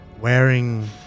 Wearing